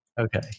Okay